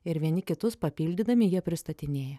ir vieni kitus papildydami jie pristatinėja